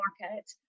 market